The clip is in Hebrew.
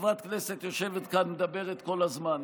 חברת כנסת יושבת כאן, מדברת כל הזמן.